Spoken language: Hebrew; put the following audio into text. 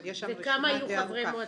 אבל יש שם רשימה די ארוכה.